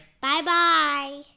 Bye-bye